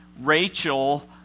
Rachel